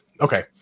okay